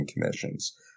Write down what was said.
commissions